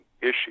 issue